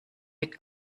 mit